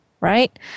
right